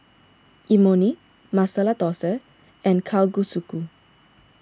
Imoni Masala Dosa and Kalguksu